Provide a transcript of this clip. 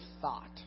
thought